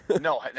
No